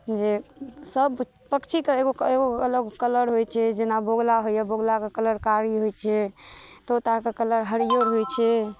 जे सब पक्षीके एगो एगो अलग कलर होइ छै जेना बोगुला होइया बोगुलाके कलर कारी होइ छै तोता कऽ कलर हरियर होइ छै